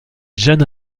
jeune